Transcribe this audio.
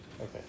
Okay